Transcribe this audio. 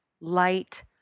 light